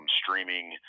streaming